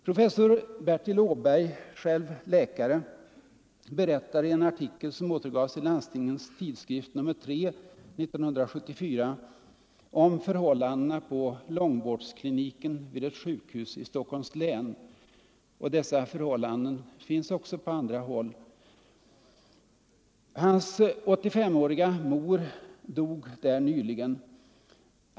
Professor Bertil Åberg, själv läkare, berättade i en artikel som återgavs i Landstingens Tidskrift nr 3 år 1974 om förhållandena på långvårdskliniken vid ett sjukhus i Stockholms län; samma förhållanden finns också på andra håll. Hans 85-åriga mor dog där nyligen.